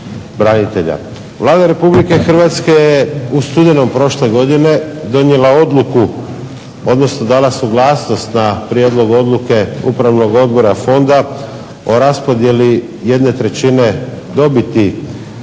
branitelja. Vlada Republike Hrvatske je u studenom prošle godine donijela odluku odnosno dala suglasnost na prijedlog odluke upravnog odbora fonda o raspodjeli 1/3 dobiti